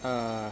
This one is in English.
uh